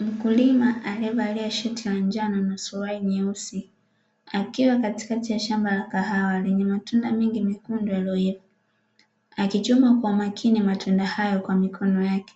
Mkulima alievalia shati la njano na suruali nyeusi akiwa katikati ya shamba la kahawa lenye matunda mengi mekundu yaliyoiva, akichuma kwa makini matunda hayo kwa mikono yake